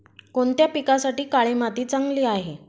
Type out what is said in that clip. कोणत्या पिकासाठी काळी माती चांगली आहे?